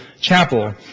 chapel